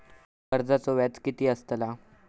कर्जाचो व्याज कीती असताला?